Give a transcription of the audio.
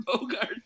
Bogart